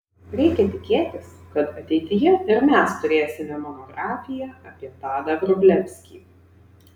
reikia tikėtis kad ateityje ir mes turėsime monografiją apie tadą vrublevskį